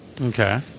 Okay